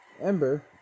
Ember